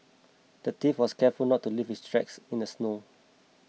the thief was careful not to leave his tracks in the snow